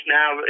now